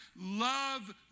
love